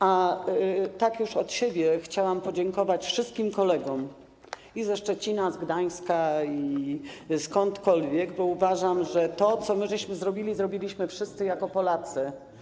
A tak już od siebie chciałam podziękować wszystkim kolegom ze Szczecina, z Gdańska i skądkolwiek, bo uważam, że to, co zrobiliśmy, zrobiliśmy wszyscy jako Polacy.